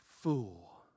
fool